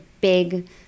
big